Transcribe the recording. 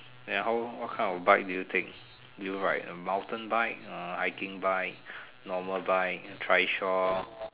ya how what kind of bike do you take do you ride a mountain bike a hiding bike a normal bike a trishaw